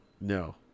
No